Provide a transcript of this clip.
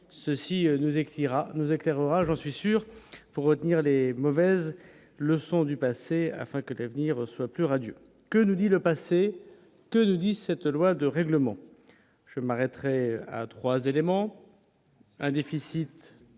à nous éclairera, j'en suis sûr pour retenir les mauvaises leçons du passé afin que l'avenir soit plus radieux que nous dit le passé de dit cette loi de règlement je m'arrêterai à 3 éléments : un déficit